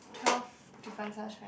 twelve differences right